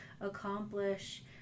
accomplish